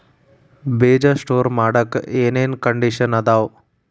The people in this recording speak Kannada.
ಬೇಜ ಸ್ಟೋರ್ ಮಾಡಾಕ್ ಏನೇನ್ ಕಂಡಿಷನ್ ಅದಾವ?